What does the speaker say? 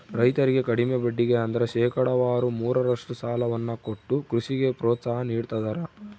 ರೈತರಿಗೆ ಕಡಿಮೆ ಬಡ್ಡಿಗೆ ಅಂದ್ರ ಶೇಕಡಾವಾರು ಮೂರರಷ್ಟು ಸಾಲವನ್ನ ಕೊಟ್ಟು ಕೃಷಿಗೆ ಪ್ರೋತ್ಸಾಹ ನೀಡ್ತದರ